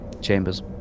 chambers